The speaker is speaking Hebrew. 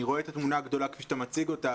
אני רואה את התמונה הגדולה כפי שאתה מציג אותה,